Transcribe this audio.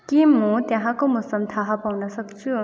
के म त्यहाँको मौसम थाहा पाउन सक्छु